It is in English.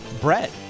Brett